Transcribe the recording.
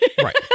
right